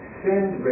send